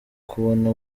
kubona